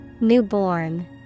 Newborn